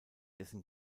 dessen